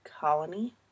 colony